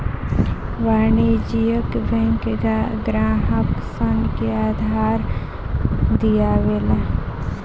वाणिज्यिक बैंक ग्राहक सन के उधार दियावे ला